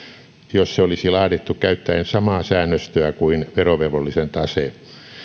jos se olisi laadittu käyttäen samaa säännöstöä kuin verovelvollisen tase